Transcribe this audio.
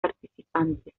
participantes